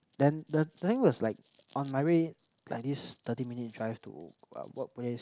then the thing was like on my way like this thirty minutes drive to my workplace